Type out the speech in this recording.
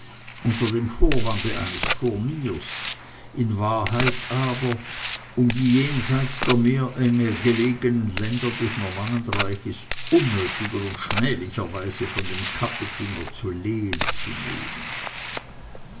unter dem vorwande eines turniers in wahrheit aber um die jenseits der meeresenge gelegenen länder des normannenreiches unnötiger und schmählicherweise von dem kapetinger zu lehen zu nehmen